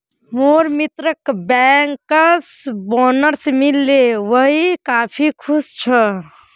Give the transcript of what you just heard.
मोर मित्रक bankers bonus मिल ले वइ काफी खुश छ